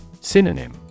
Synonym